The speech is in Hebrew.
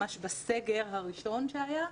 ממש בסגר הראשון שהיה,